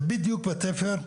זה בדיוק בתפר,